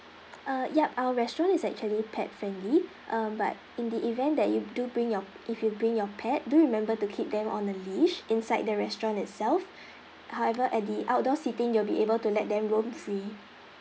uh yup our restaurant is actually pet friendly uh but in the event that you do bring your if you bring your pet do remember to keep them on a leash inside the restaurant itself however at the outdoor seating you'll be able to let them roam free